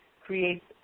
creates